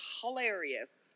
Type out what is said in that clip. hilarious